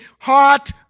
heart